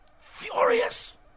furious